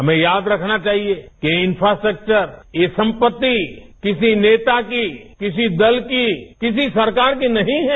हमें याद रखना चाहिए कि ये इंफ्रास्ट्रक्चर ये संपत्ति किसी नेता की किसी दल की किसी सरकार की नहीं है